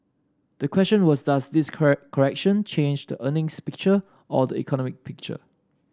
the question was does this correct correction change the earnings picture or the economic picture